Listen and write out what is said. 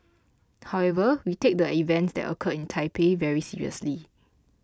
however we take the events that occurred in Taipei very seriously